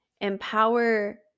Empower